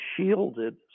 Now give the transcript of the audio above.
shielded